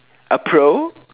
a Pro